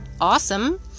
awesome